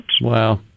wow